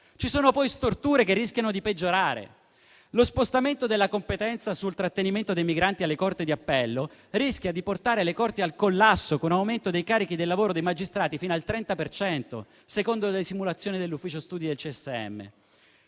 Ci sono poi storture che rischiano di peggiorare. Lo spostamento della competenza sul trattenimento dei migranti alle corti di appello rischia di portare le corti al collasso, con un aumento dei carichi di lavoro dei magistrati fino al 30 per cento, secondo le simulazioni dell'ufficio studi del